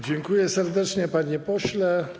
Dziękuję serdecznie, panie pośle.